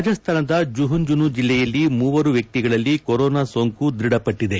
ರಾಜಸ್ಥಾನದ ಜುಹುಂಜುನು ಜಿಲ್ಲೆಯಲ್ಲಿ ಮೂವರು ವ್ಯಕ್ತಿಗಳಲ್ಲಿ ಕೊರೋನಾ ಸೋಂಕು ದ್ಬಢಪಟ್ಟಿದೆ